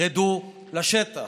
רדו לשטח,